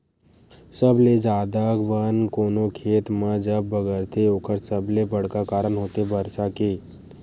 सबले जादा बन कोनो खेत म जब बगरथे ओखर सबले बड़का कारन होथे बरसा के